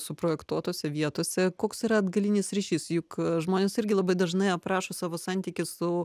suprojektuotose vietose koks yra atgalinis ryšys juk žmonės irgi labai dažnai aprašo savo santykį su